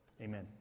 Amen